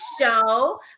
show